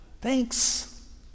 Thanks